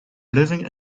living